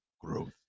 growth